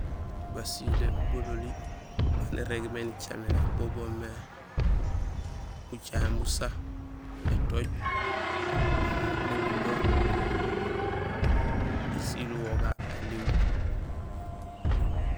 Basilé bololi baan irégmé nicaméné bo bomé bucaŋéén busa, étooj, balumbung, ésiil uwoga, éliw.